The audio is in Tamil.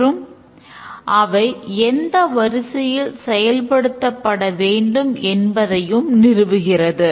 மற்றும் அவை எந்த வரிசையில் செயல்படுத்தப்பட வேண்டும் என்பதையும் நிறுவுகிறது